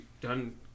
done